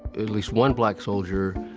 at least one black soldier,